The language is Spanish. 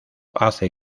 hace